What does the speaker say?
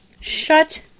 Shut